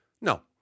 No